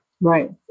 Right